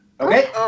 Okay